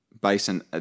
Basin